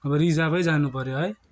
अब रिजर्भै जानु पऱ्यो है